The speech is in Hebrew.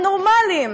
הם נורמליים.